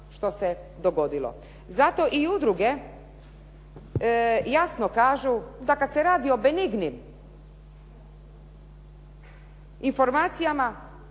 što se dogodilo. Zato i udruge jasno kažu da kad se radi o benignim informacijama